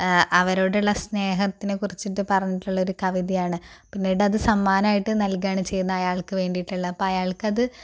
അവരോടുള്ള സ്നേഹത്തിനുനെക്കുറിച്ചിട്ടും പറഞ്ഞിട്ടുള്ളൊരു കവിതയാണ് പിന്നീട് അത് സമ്മാനമായിട്ടു നൽക്കുകയാണ് ചെയ്യുന്നത് അയാൾക്ക് വേണ്ടിയിട്ടുള്ളത് അപ്പം അയാൾക്ക് അത്